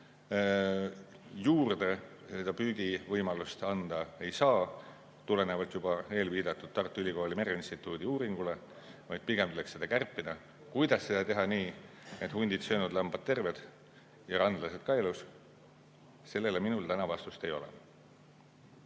Juurde seda püügivõimalust anda ei saa, tulenevalt juba eelviidatud Tartu Ülikooli mereinstituudi uuringust, pigem tuleks seda kärpida. Kuidas seda teha nii, et hundid söönud, lambad terved ja randlased ka elus? Sellele minul täna vastust ei ole.